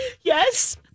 Yes